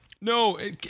No